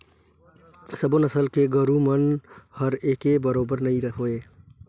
सबो नसल के गोरु मन हर एके बरोबेर नई होय